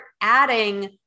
adding